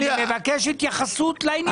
אני מבקש התייחסות לעניין הזה.